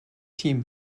team